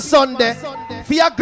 Sunday